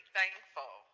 thankful